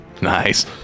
nice